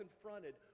confronted